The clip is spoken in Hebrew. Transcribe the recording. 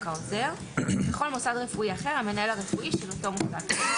העוזר; בכל מוסד רפואי אחר המנהל הרפואי של אותו מוסד.